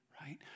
right